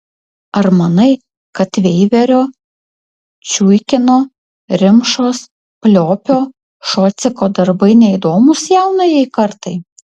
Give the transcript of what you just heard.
ar manai kad veiverio čiuikino rimšos plioplio šociko darbai neįdomūs jaunajai kartai